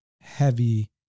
heavy